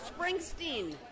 Springsteen